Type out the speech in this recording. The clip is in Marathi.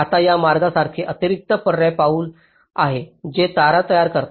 आता या मार्गांसारखे अतिरिक्त पर्यायी पाऊल आहे जे तारा तयार करतात